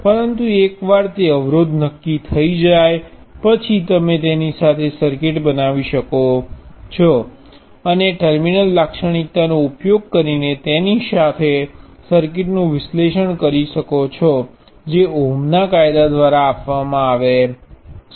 પરંતુ એકવાર તે અવરોધ નક્કી થઈ જાય પછી તમે તેની સાથે સર્કિટ બનાવી શકો છો અને ટર્મિનલ લાક્ષણિકતાનો ઉપયોગ કરીને તેની સાથે સર્કિટનું વિશ્લેષણ કરી શકો છો જે ઓહ્મના કાયદા દ્વારા આપવામાં આવે છે